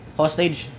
hostage